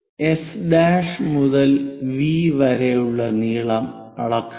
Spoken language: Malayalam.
എസ് ' S' മുതൽ വി വരെയുള്ള നീളം അളക്കുക